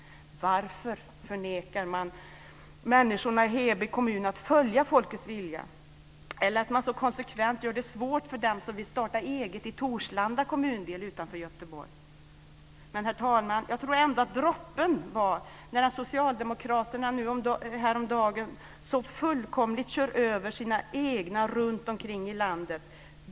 Varför förnekar socialdemokraterna människorna i Heby kommun att följa folkets vilja, eller så konsekvent gör det svårt för dem som vill starta eget i Torslanda kommundel utanför Göteborg? Herr talman! Jag tror ändå att droppen var när socialdemokraterna häromdagen så fullkomligt körde över sina egna runtomkring i landet.